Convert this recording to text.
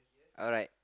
alright